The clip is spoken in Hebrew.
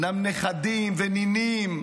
הם נכדים ונינים